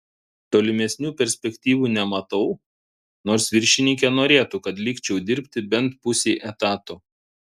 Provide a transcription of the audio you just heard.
tolimesnių perspektyvų nematau nors viršininkė norėtų kad likčiau dirbti bent pusei etato